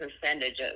percentages